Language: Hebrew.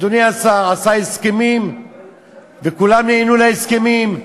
אדוני השר עשה הסכמים וכולם נענו להסכמים.